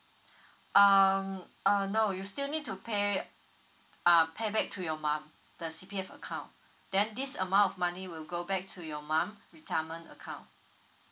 um err no you still need to pay uh pay back to your mum the C_P_F account then this amount of money will go back to your mum retirement account